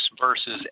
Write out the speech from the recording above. versus